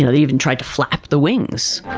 and even tried to flap the wings.